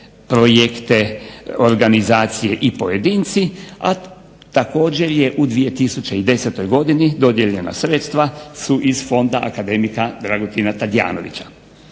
projekte organizacije i pojedinci, a također je u 2010. godini dodijeljena sredstva su iz fonda akademika Dragutina Tadijanovića.